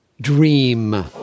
dream